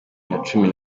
nacumi